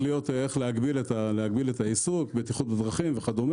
להגביל את העיסוק; בטיחות בדרכים וכד',